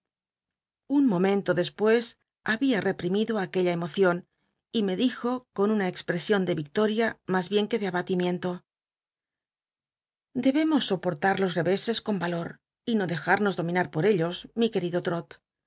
un momento dcspues habia reprimido ac uolla cmocion y me dijo con una expcsion de vicloria mas bien que de abatimiento debemos soportar los rereses con l'aioi y no dejal'llos domina po ellos mi querido